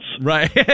Right